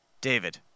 David